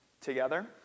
together